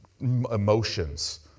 Emotions